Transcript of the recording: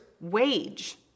wage